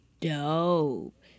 Dope